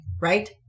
right